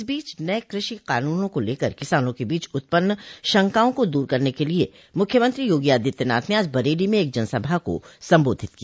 इस बीच नये कृषि कानूनों को लेकर किसानों के बीच उत्पन्न शंकाओं को दूर करने के लिए मुख्यमंत्री योगी आदित्यनाथ आज बरेली में एक जनसभा को संबोधित किया